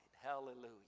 hallelujah